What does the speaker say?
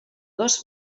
dos